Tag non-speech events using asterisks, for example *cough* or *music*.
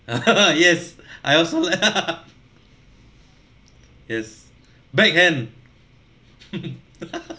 *laughs* yes I also lah *laughs* yes backhand *laughs*